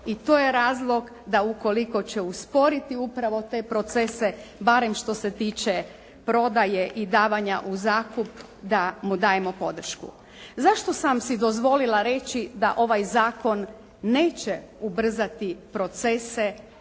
i to je razlog da ukoliko će usporiti upravo te procese barem što se tiče prodaje i davanja u zakup da mu dajemo podršku. Zašto sam si dozvolila reći da ovaj zakon neće ubrzati procese